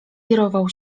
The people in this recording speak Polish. wirował